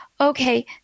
okay